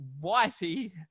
wifey